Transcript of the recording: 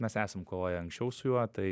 mes esam kovoję anksčiau su juo tai